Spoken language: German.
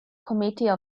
committee